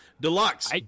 Deluxe